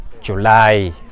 July